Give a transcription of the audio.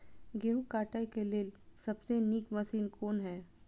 गेहूँ काटय के लेल सबसे नीक मशीन कोन हय?